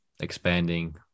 expanding